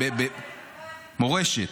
מורשת.